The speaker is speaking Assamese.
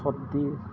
চৰ্দি